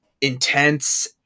intense